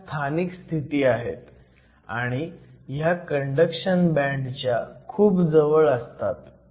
ह्या स्थानिक स्थिती आहेत आणि ह्या कंडक्शन बँड च्या खूप जवळ असतात